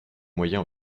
moyen